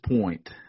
point